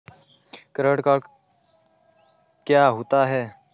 Credit card क्या होता है?